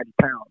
pounds